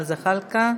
זחאלקה,